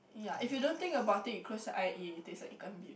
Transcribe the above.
yah if you don't think about it you close your eye it it taste like Ikan-Bilis